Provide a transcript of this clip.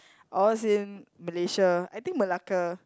I was in Malaysia I think Melaka